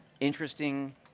interesting